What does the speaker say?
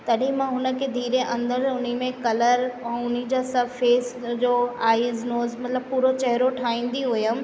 तॾहिं मां हुनखे धीरे अंदरि हुन में कलर ऐं हुनजा सभु फ़ेस जो आइस नोज़ मतलबु पूरो चहेरो ठाहिंदी हुअमि